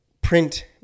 print